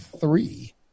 three